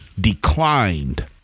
declined